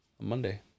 Monday